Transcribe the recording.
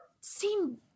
seem